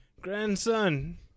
grandson